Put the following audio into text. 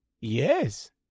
Yes